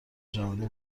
جهانی